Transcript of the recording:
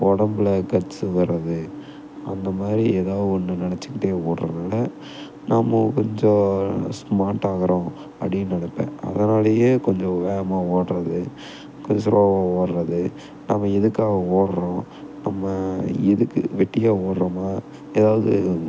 உடம்புல கட்ஸு வரது அந்த மாதிரி ஏதா ஒன்று நினைச்சிக்கிட்டே ஓடுறதனால நம்ம கொஞ்சம் ஸ்மார்ட் ஆகிறோம் அப்படின்னு நினைப்பேன் அதனாலேயே கொஞ்சம் வேகமாக ஓடுவது கொஞ்சம் ஸ்லோவாக ஓடுவது நம்ம எதுக்காக ஓடுகிறோம் நம்ம எதுக்கு வெட்டியாக ஓடுகிறோமா ஏதாவுது